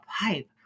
pipe